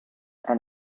and